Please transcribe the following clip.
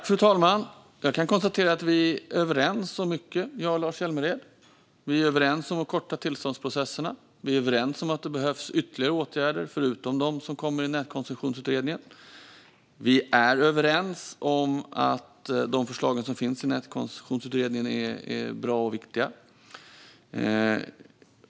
Fru talman! Jag kan konstatera att vi är överens om mycket, jag och Lars Hjälmered. Vi är överens om att korta tillståndsprocesserna. Vi är överens om att det behövs ytterligare åtgärder förutom de som kommer i nätkoncessionsutredningen. Vi är överens om att förslagen i Nätkoncessionsutredningen är bra och viktiga.